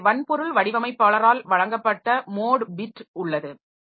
எனவே வன்பொருள் வடிவமைப்பாளரால் வழங்கப்பட்ட மோட் பிட் உள்ளது